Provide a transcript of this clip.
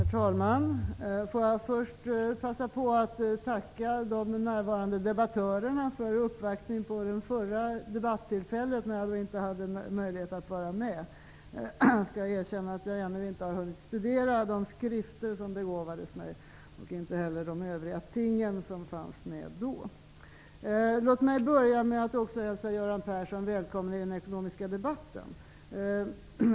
Herr talman! Får jag först passa på att tacka de närvarande debattörerna för uppvaktningen vid det förra debattillfället, när jag inte hade möjlighet att vara med. Jag skall erkänna att jag ännu inte har hunnit studera de skrifter som begåvades mig och inte heller de övriga ting som fanns med. Låt mig börja med att hälsa Göran Persson välkommen till den ekonomiska debatten.